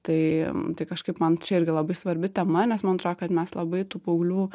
tai tai kažkaip man čia irgi labai svarbi tema nes man atrodo kad mes labai tų paauglių